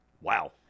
Wow